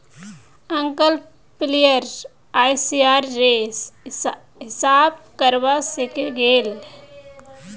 uncle player ICR रे हिसाब करवा सीखे गेल